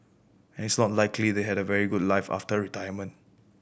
and it's not like they had a very good life after retirement